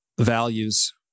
values